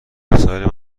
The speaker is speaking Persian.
وسایل